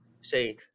Say